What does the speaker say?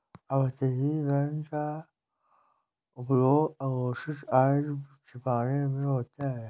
अपतटीय बैंक का उपयोग अघोषित आय छिपाने में होता है